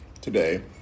today